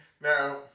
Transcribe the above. Now